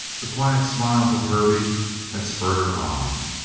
the quiet smiles of hervey had spurred her on.